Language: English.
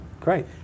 Great